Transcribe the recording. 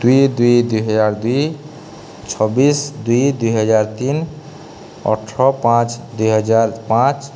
ଦୁଇ ଦୁଇ ଦୁଇହଜାର ଦୁଇ ଛବିଶ ଦୁଇ ଦୁଇହଜାର ତିନ ଅଠର ପାଞ୍ଚ ଦୁଇହଜାର ପାଞ୍ଚ